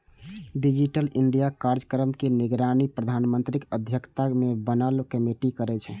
digital India कार्यक्रम के निगरानी प्रधानमंत्रीक अध्यक्षता मे बनल कमेटी करै छै